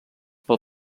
pel